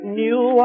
new